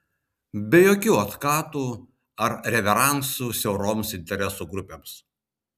be jokių otkatų ar reveransų siauroms interesų grupėms